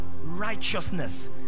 righteousness